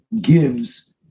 gives